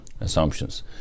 assumptions